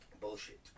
bullshit